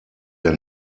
der